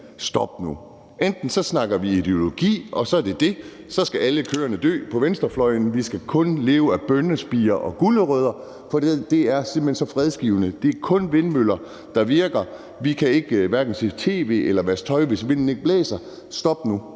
Stop nu! Vi kan også kun snakke om ideologi, og så er det det, og så siger venstrefløjen, at alle køerne skal dø, og at vi kun skal leve af bønnespirer og gulerødder, for det er simpelt hen så fredsgivende. Det er kun vindmøller, der virker, og vi kan hverken se tv eller vaske tøj, hvis vinden ikke blæser. Stop nu!